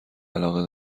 علاقه